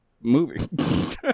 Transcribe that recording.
movie